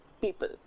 people